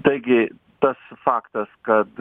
taigi tas faktas kad